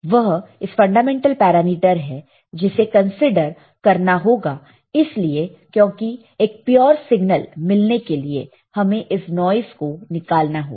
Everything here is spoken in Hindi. वह इस फंडामेंटल पैरामीटर है जिसे कंसीडर करना होगा इसलिए क्योंकि एक प्योर सिग्नल मिलने के लिए हमें इस नॉइस को निकालना होगा